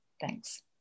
Thanks